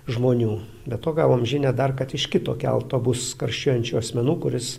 žmonių be to gavom žinią dar kad iš kito kelto bus karščiuojančių asmenų kuris